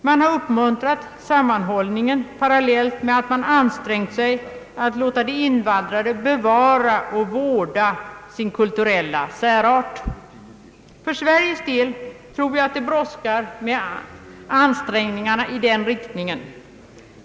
Man har uppmuntrat sammanhållningen parallellt med att man har ansträngt sig att låta de invandrade bevara och vårda sin kulturella särart. För Sveriges del tror jag att det brådskar med ansträngningarna i den riktningen.